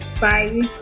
Bye